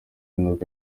n’uko